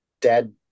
dead